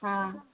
हँ